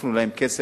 הוספנו להם כסף,